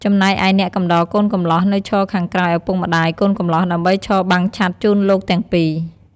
ចំណែកឯអ្នកកំដរកូនកំលោះនៅឈរខាងក្រោយឪពុកម្តាយកូនកំលោះដើម្បីឈរបាំងឆ័ត្រជូនលោកទាំង២។